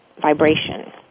vibration